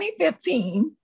2015